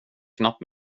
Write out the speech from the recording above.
knappt